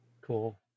cool